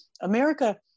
America